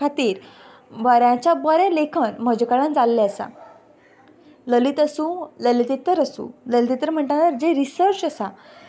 खातीर बऱ्याच्या बरें लेखन म्हज्या कडल्यान जाल्लें आसा ललीत आसूं ललितेत्तर आसूं ललितेत्तर म्हणटा तेन्ना जी रिसर्च आसा